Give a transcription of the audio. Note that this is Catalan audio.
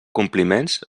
compliments